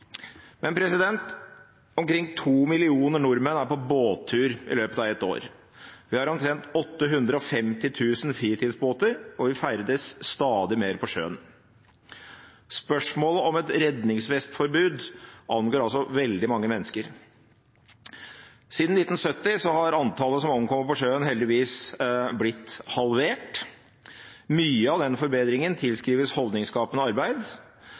Men omkring 2 millioner nordmenn er på båttur i løpet av ett år. Vi har omtrent 850 000 fritidsbåter, og vi ferdes stadig mer på sjøen. Spørsmålet om et redningsvestpåbud angår altså veldig mange mennesker. Siden 1970 har antallet som omkommer på sjøen, heldigvis blitt halvert. Mye av den forbedringen tilskrives holdningsskapende arbeid.